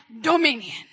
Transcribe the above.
dominion